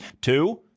Two